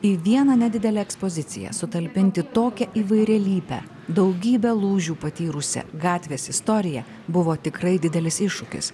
į vieną nedidelę ekspoziciją sutalpinti tokią įvairialypę daugybę lūžių patyrusią gatvės istoriją buvo tikrai didelis iššūkis